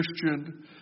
Christian